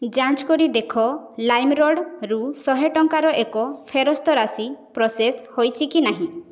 ଯାଞ୍ଚ କରି ଦେଖ ଲାଇମ୍ରୋଡ଼୍ରୁ ଶହେ ଟଙ୍କାର ଏକ ଫେରସ୍ତ ରାଶି ପ୍ରୋସେସ୍ ହୋଇଛି କି ନାହିଁ